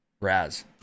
Raz